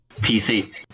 PC